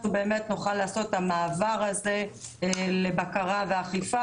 באמת נוכל לעשות את המעבר הזה לבקרה ואכיפה,